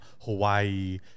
Hawaii